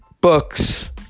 books